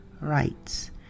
rights